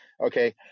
Okay